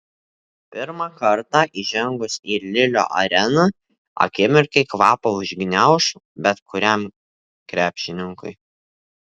pirmą kartą įžengus į lilio areną akimirkai kvapą užgniauš bet kuriam krepšininkui